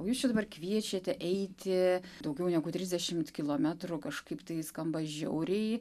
jūs čia dabar kviečiate eiti daugiau negu trisdešimt kilometrų kažkaip tai skamba žiauriai